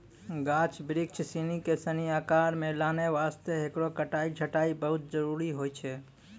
गाछ बिरिछ सिनि कॅ सही आकार मॅ लानै वास्तॅ हेकरो कटाई छंटाई बहुत जरूरी होय छै